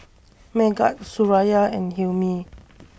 Megat Suraya and Hilmi